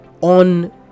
on